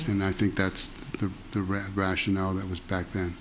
and i think that's the the rationale that was back then